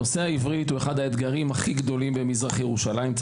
נושא העברית הוא אחד האתגרים הכי גדולים במזרח ירושלים.